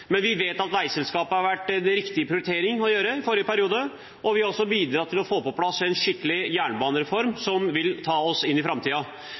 men vi vet at veiselskapet var en riktig prioritering å gjøre i forrige periode. Vi har også bidratt til å få på plass en skikkelig jernbanereform som vil ta oss inn i